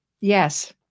yes